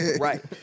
right